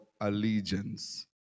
allegiance